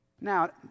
Now